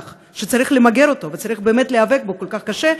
שצריך למגר אותו וצריך באמת להיאבק בו כל כך קשה,